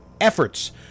efforts